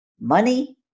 money